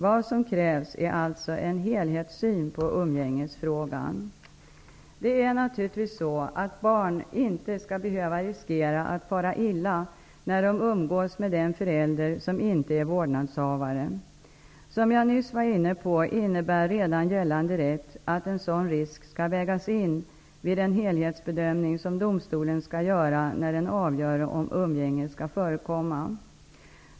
Vad som krävs är alltså en helhetssyn på umgängesfrågan. Det är naturligtvis så att barn inte skall behöva riskera att fara illa när de umgås med den förälder som inte är vårdnadshavare. Som jag nyss var inne på innebär redan gällande rätt att en sådan risk skall vägas in vid den helhetsbedömning som domstolen skall göra när den avgör om umgänge skall förekomma.